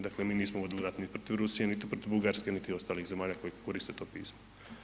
Dakle mi nismo vodili rat ni protiv Rusije, niti protiv Bugarske, niti ostalih zemalja koje koriste to pismo.